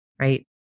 right